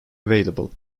available